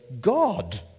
god